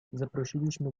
zaprosiliśmy